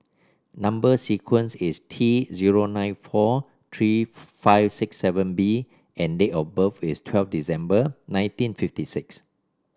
number sequence is T zero nine four three five six seven B and date of birth is twelve December nineteen fifty six